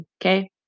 Okay